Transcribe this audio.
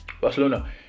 Barcelona